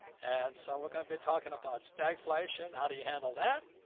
and so we're going to be talking about stagflation. how do you handle that?